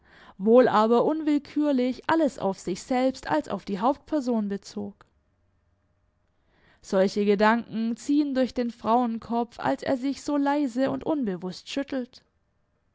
wohl aber unwillkürlich alles auf sich selbst als auf die hauptperson bezog solche gedanken ziehen durch den frauenkopf als er sich so leise und unbewußt schüttelt